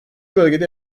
bölgede